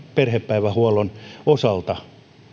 perhepäivähuoltonsa osalta